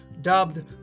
dubbed